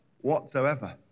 whatsoever